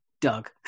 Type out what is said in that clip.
doug